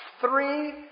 three